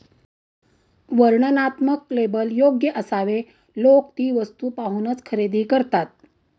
वर्णनात्मक लेबल योग्य असावे लोक ती वस्तू पाहूनच खरेदी करतात